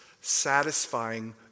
satisfying